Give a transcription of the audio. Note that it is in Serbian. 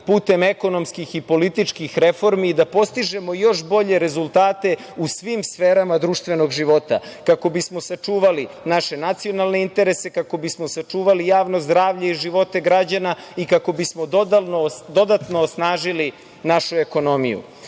putem ekonomskih i političkih reformi, da postižemo još bolje rezultate u svim sferama društvenog života kako bi smo sačuvali naše nacionalne interese, kako bismo sačuvali javno zdravlje i živote građana i kako bismo dodatno osnažili našu ekonomiju. Iz